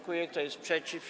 Kto jest przeciw?